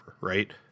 right